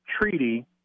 Treaty